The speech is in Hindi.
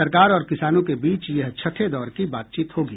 सरकार और किसानों के बीच यह छठे दौर की बातचीत होगी